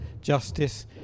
justice